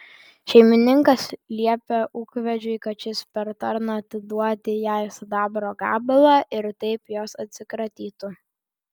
šeimininkas liepia ūkvedžiui kad šis per tarną atiduoti jai sidabro gabalą ir taip jos atsikratytų